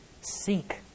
Seek